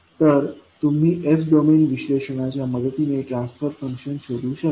तर तुम्ही s domain विश्लेषणाच्या मदतीने ट्रान्सफर फंक्शन शोधू शकता